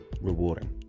rewarding